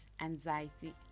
anxiety